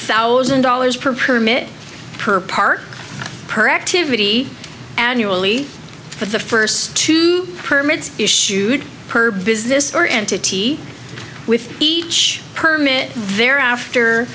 thousand dollars per permit per park per activity annually for the first two permits issued per business or entity with each permit there after